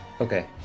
Okay